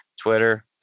Twitter